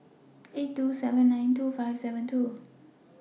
eight two seven nine two five seven two